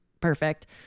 perfect